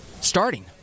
starting